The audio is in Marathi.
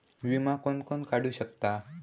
विमा कोण कोण काढू शकता?